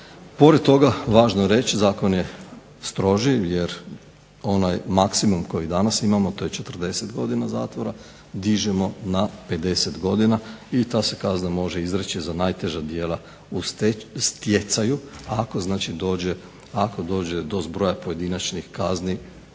Pored toga važno je reći zakon je stroži jer onaj maksimum koji danas imamo to je 40 godina zatvora dižemo na 50 godina i ta se kazna može izreći za najteža djela u stjecaju ako znači dođe do zbroja pojedinačnih kazni